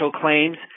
claims